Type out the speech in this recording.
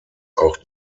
auch